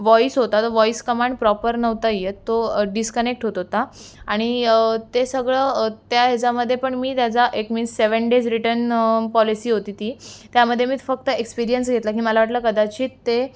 voice होता तो voice command proper नव्हता येत तो डिस्कनेक्ट होत होता आणि ते सगळं त्या ह्याच्यामध्ये पण मी त्याचा एक means seven days return policy होती ती त्यामध्ये मी फक्त एक्सपिरीयन्स घेतला की मला वाटलं कदाचित ते